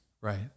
Right